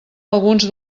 alguns